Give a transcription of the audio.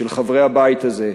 של חברי הבית הזה.